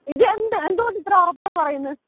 ഇത് എന്ത് എന്തു കൊണ്ടിത്ര ഉറപ്പോടെ പറയുന്നു